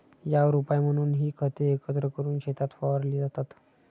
यावर उपाय म्हणून ही खते एकत्र करून शेतात फवारली जातात